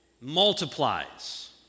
Multiplies